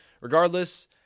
regardless